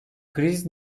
kriz